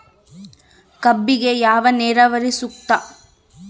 ಕಬ್ಬಿಗೆ ಯಾವ ನೇರಾವರಿ ಸೂಕ್ತ?